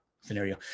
scenario